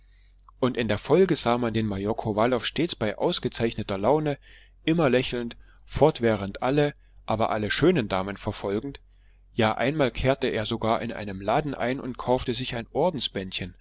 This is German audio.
und in der folge sah man den major kowalow stets bei ausgezeichneter laune immer lächelnd fortwährend alle aber alle schönen damen verfolgend ja einmal kehrte er sogar in einen laden ein und kaufte sich ein